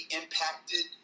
impacted